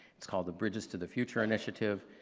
it's called the bridges to the future initiative.